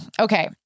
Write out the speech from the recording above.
Okay